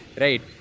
Right